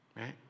right